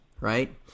right